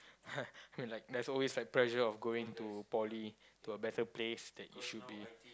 I mean like there's always like pressure of going to poly to a better place that you should be